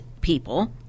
people